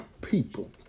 people